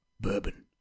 bourbon